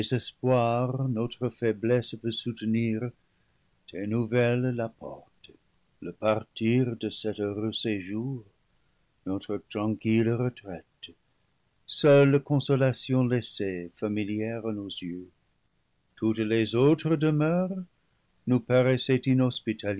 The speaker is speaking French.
désespoir notre fai blesse peut soutenir tes nouvelles l'apportent le partir de cet heureux séjour notre tranquille retraite seule consolation laissée familière à nos yeux toutes les autres demeures nous paraissent